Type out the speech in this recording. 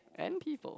and people